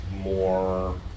more